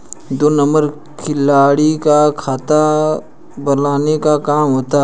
दो नंबर खिड़की पर खाता बदलने का काम होता है